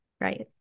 Right